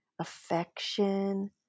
affection